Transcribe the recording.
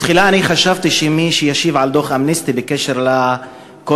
תחילה חשבתי שמי שישיב על דוח "אמנסטי" בקשר לכל